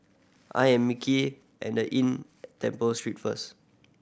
I am Micky at The Inn at Temple Street first